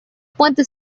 puentes